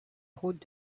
route